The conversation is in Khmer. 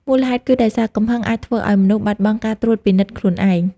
មូលហេតុគឺដោយសារកំហឹងអាចធ្វើឲ្យមនុស្សបាត់បង់ការត្រួតពិនិត្យខ្លួនឯង។